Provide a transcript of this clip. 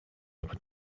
able